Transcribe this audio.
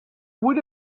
would